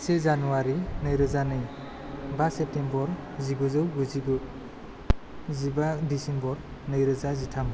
से जानुवारि नै रोजा नै बा सेप्तेम्बर जिगुजौ गुजि गु जिबा दिसेम्बर नै रोजा जिथाम